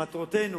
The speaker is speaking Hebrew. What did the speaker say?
מטרותינו,